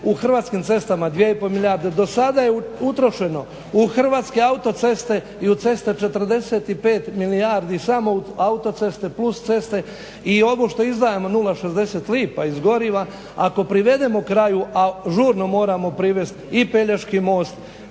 U Hrvatskim cestama dvije i pol milijarde. Do sada je utrošeno u Hrvatske autoceste i u ceste 45 milijardi samo u autoceste plus ceste i ovo što izdvajamo 0,60 lipa iz goriva ako privedemo kraju, a žurno moramo privest i Pelješki most